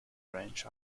branch